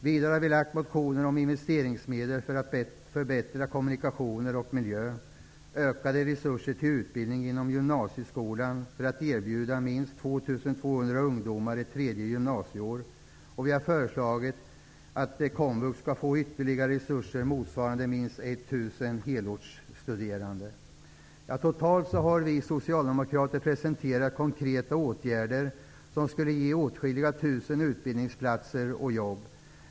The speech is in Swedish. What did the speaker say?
Vidare har vi lagt fram motioner om investeringsmedel för att förbättra kommunikationer och miljö samt om ökade resuser till utbildning inom gymnasieskolan för att erbjuda minst 2 200 ungdomar ett tredje gymnasieår. Vi har också föreslagit att komvux skall få ytterligare resurser motsvarande minst 1 000 Totalt har vi socialdemokrater presenterat konkreta åtgärder som skulle ge åtskilliga tusen utbildningsplatser och jobb.